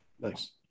Nice